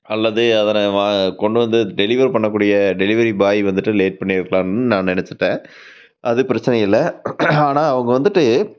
அல்லது அதனை கொண்டு வந்து டெலிவரி பண்ணக்கூடிய டெலிவரி பாய் வந்துவிட்டு லேட் பண்ணியிருக்கலாம்னு நான் நெனைச்சுட்டேன் அது பிரச்சனை இல்லை ஆனால் அவங்க வந்துவிட்டு